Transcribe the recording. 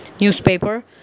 newspaper